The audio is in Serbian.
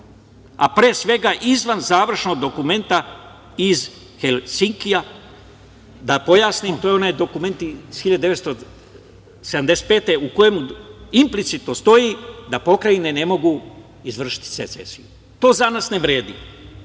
a pre svega izvan završnog dokumenta, iz Helsinkija. Da pojasnim, to je onaj dokument, iz 1975. godine, u kojem implicitno stoji da pokrajine ne mogu izvršiti secesiju i to za nas ne vredi,